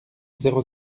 zéro